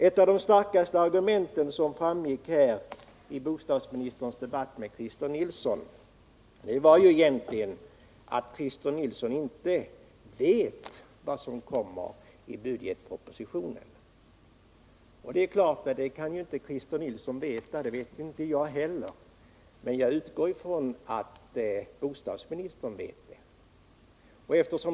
Ett av bostadsministerns starkaste argument i debatten med Christer Nilsson var ju att han inte vet vad som kommer att föreslås i budgetpropositionen. Det är klart att Christer Nilsson inte kan veta det. Det vet inte jag heller, men jag utgår ifrån att bostadsministern vet det.